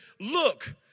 look